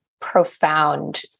profound